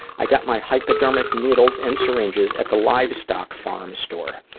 i got my hypodermic needles and syringes at the livestock farm store.